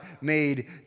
made